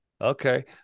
Okay